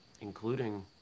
Including